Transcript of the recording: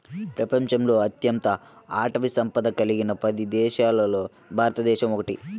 ప్రపంచంలో అత్యంత అటవీ సంపద కలిగిన పది దేశాలలో భారతదేశం ఒకటి